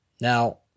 Now